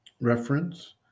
Reference